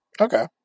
okay